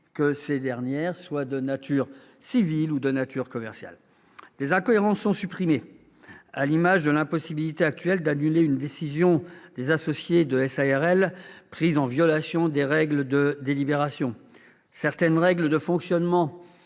que ces dernières soient de nature civile ou commerciale. Des incohérences sont supprimées, à l'image de l'impossibilité actuelle d'annuler une décision des associés de SARL- ou société à responsabilité limitée -prise en violation des règles de délibération. Certaines règles de fonctionnement